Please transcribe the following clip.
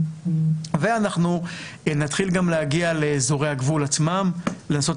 ואנחנו נתחיל גם להגיע לאזורי הגבול עצמם לנסות